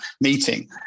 meeting